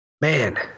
Man